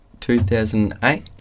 2008